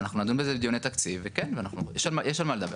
אנחנו נדון בזה בדיוני תקציב, וכן, יש על מה לדבר.